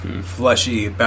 fleshy